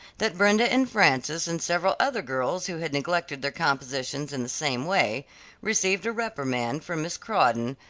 that brenda and frances and several other girls who had neglected their compositions in the same way received a reprimand from miss crawdon,